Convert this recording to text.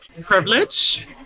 privilege